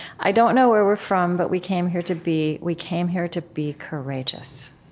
i don't know where we're from, but we came here to be. we came here to be courageous.